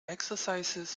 exercises